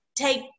take